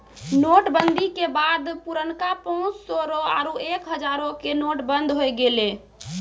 note बंदी के बाद पुरनका पांच सौ रो आरु एक हजारो के नोट बंद होय गेलै